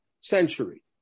century